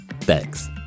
thanks